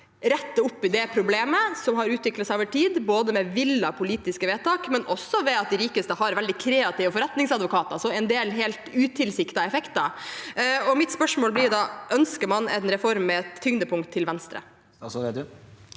retter opp i det problemet som har utviklet seg over tid, med villede politiske vedtak, men også med at de rikeste har veldig kreative forretningsadvokater – så det er en del helt utilsiktede effekter. Mitt spørsmål er da: Ønsker man en reform med et tyngdepunkt til venstre?